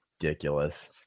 Ridiculous